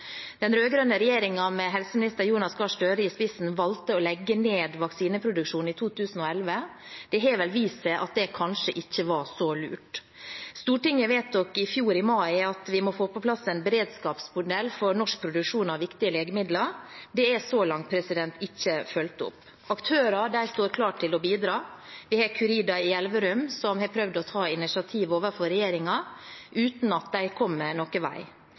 Den rød-grønne regjeringen, med helseminister Jonas Gahr Støre i spissen, valgte å legge ned vaksineproduksjonen i 2011. Det har vel vist seg at det kanskje ikke var så lurt. Stortinget vedtok i mai i fjor at vi må få på plass en beredskapsmodell for norsk produksjon av viktige legemidler. Det er så langt ikke fulgt opp. Aktørene står klare til å bidra. Vi har Curida i Elverum som har prøvd å ta initiativ overfor regjeringen, uten at de kommer noen vei.